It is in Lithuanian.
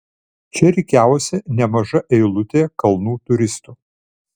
čia rikiavosi nemaža eilutė kalnų turistų